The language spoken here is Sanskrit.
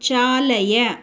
चालय